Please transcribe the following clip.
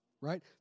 Right